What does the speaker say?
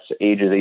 ages